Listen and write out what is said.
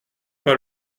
pas